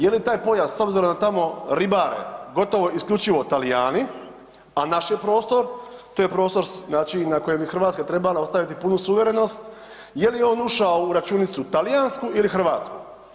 Je li taj pojas s obzirom da tamo ribare, gotovo isključivo Talijani a naš je prostor, to je prostor znači na kojem je Hrvatska ostaviti punu suverenost, je li on ušao u računicu talijansku ili hrvatsku?